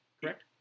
Correct